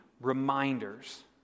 reminders